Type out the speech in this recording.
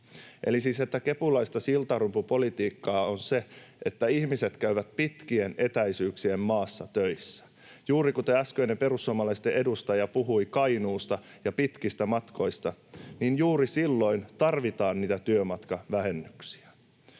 Eli kepulaista siltarumpupolitiikkaa on se, että ihmiset käyvät pitkien etäisyyksien maassa töissä — juuri kuten äskeinen perussuomalaisten edustaja puhui Kainuusta ja pitkistä matkoista, juuri silloin tarvitaan niitä työmatkavähennyksiä.